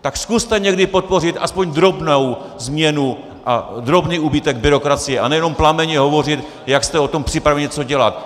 Tak zkuste někdy podpořit aspoň drobnou změnu a drobný úbytek byrokracie a ne jenom plamenně hovořit, jak jste připraveni něco dělat!